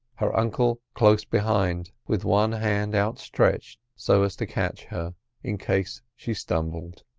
her uncle close behind, with one hand outstretched so as to catch her in case she stumbled.